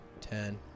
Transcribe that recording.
ten